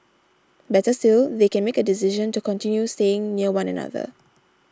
better still they can make a decision to continue staying near one another